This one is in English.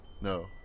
no